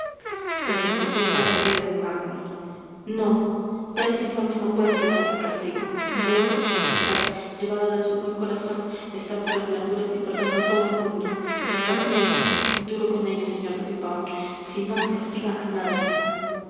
presentación parecía de mármol no tales infamias no pueden quedar sin castigo veo que su majestad llevado de su buen corazón está por las blanduras y perdona a todo el mundo escarmiento duro con ellos sr de pipaón si no se castiga a nadie